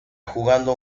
jugando